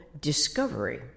discovery